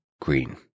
Green